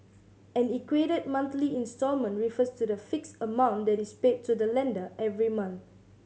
an equated monthly instalment refers to the fixed amount that is paid to the lender every month